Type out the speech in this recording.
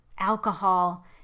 alcohol